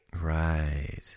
Right